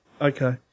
Okay